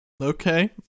Okay